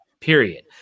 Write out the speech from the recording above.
period